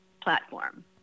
platform